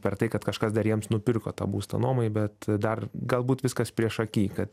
per tai kad kažkas dar jiems nupirko tą būstą nuomai bet dar galbūt viskas priešaky kad